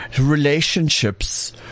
Relationships